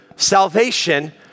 Salvation